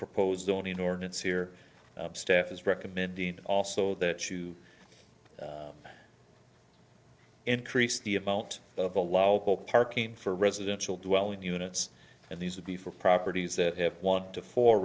proposed only an ordinance here staff is recommending also that you increase the amount of allow hope parking for residential dwelling units and these would be for properties that have want to for